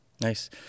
nice